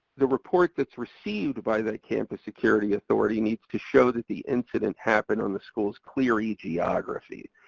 the report that's received by that campus security authority needs to show that the incident happened on the school's clery geography.